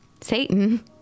Satan